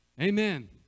Amen